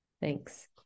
Thanks